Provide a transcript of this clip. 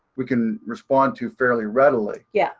we can respond to fairly readily. yeah